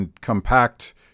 compact